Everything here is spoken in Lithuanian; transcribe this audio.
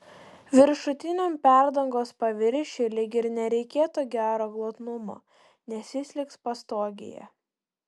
viršutiniam perdangos paviršiui lyg ir nereikėtų gero glotnumo nes jis liks pastogėje